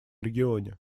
регионе